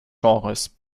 genres